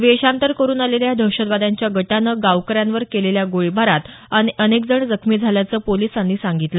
वेषांतर करुन आलेल्या या दहशतदवाद्यांच्या गटानं गावकऱ्यांवर केलेल्या गोळीबारात अनेकजण जखमी झाल्याचं पोलिसांनी सांगितलं